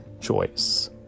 choice